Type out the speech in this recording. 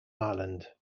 ireland